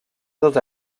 dels